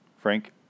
Frank